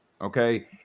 okay